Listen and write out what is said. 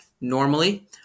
normally